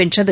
வென்றது